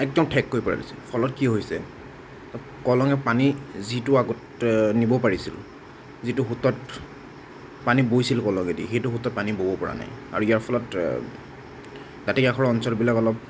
একদম ঠেক কৰি পেলাইছে ফলত কি হৈছে কলঙে পানী যিটো আগত নিব পাৰিছিল যিটো সোঁতত পানী বৈছিল কলঙেদি সেইটো সোঁতত পানী ব'ব পৰা নাই আৰু ইয়াৰ ফলত দাঁতি কাষৰীয়া অঞ্চলবিলাক অলপ